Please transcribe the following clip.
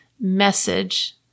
message